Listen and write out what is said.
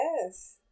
Yes